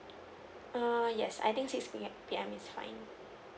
err yes I think six P_M P_M is fine